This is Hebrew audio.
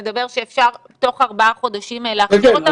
מדבר שאפשר תוך ארבעה חודשים להכשיר אותם?